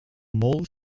mole